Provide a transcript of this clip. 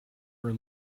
her